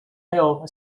hell